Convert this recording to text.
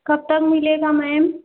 कब तक मिलेगा मैम